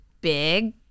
big